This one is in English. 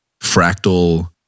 fractal